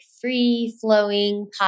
free-flowing